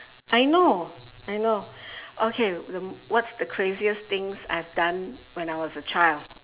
I know I know okay the what is the craziest things I have done when I was a child